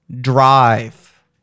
Drive